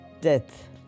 death